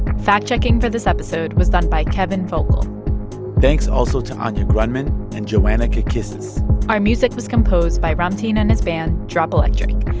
fact-checking for this episode was done by kevin volkl thanks also to anya grundmann and joanna kakissis our music was composed by ramtin and his band, drop electric,